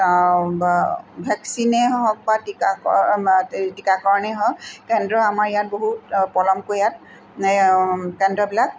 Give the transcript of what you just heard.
ভেক্সিনেই হওক বা টীকাকৰ এই টীকাকৰণেই হওক কেন্দ্ৰ আমাৰ ইয়াত বহুত পলমকৈ ইয়াত কেন্দ্ৰবিলাক